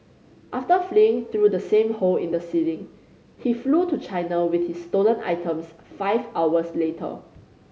after fleeing through the same hole in the ceiling he flew to China with his stolen items five hours later